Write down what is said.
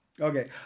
Okay